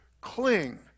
Cling